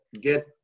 get